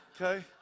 Okay